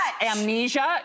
Amnesia